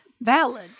valid